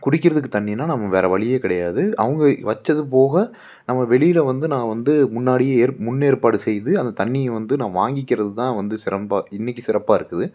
குடிக்கிறதுக்கு தண்ணின்னால் நம்ம வேற வழியே கிடையாது அவங்க வச்சது போக நம்ம வெளியில் வந்து நான் வந்து முன்னாடியே ஏற் முன்னேற்பாடு செய்து அந்த தண்ணியை வந்து நான் வாங்கிக்கிறது தான் வந்து சிரமம்பா இன்னைக்கு சிறப்பாக இருக்குது